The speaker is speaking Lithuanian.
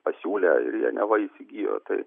pasiūlė ir jie neva įsigijo tai